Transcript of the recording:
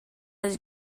his